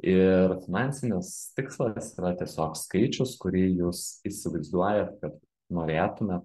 ir finansinis tikslas yra tiesiog skaičius kurį jūs įsivaizduojat kad norėtumėt